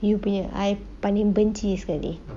you punya I paling benci sekali